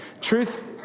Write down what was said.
Truth